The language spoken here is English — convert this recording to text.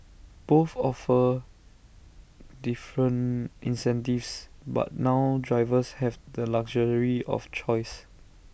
both offer different incentives but now drivers have the luxury of choice